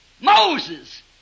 Moses